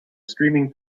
streaming